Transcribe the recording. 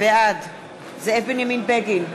בעד זאב בנימין בגין,